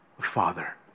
Father